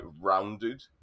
rounded